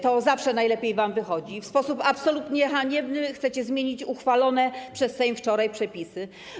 To zawsze najlepiej wam wychodzi i w sposób absolutnie haniebny chcecie zmienić uchwalone przez Sejm wczoraj przepisy.